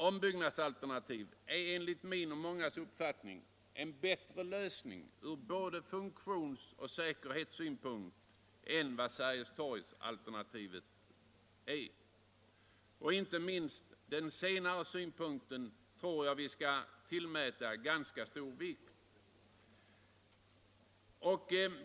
Ombyggnadsalternativet är enligt min och mångas uppfattning en bättre lösning ur både funktionsoch säkerhetssynpunkt än Sergelstorgsalternativet. Inte minst den senare synpunkten tycker jag vi skall tillmäta stor vikt.